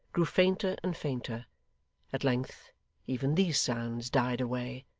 grew fainter and fainter at length even these sounds died away,